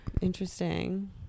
Interesting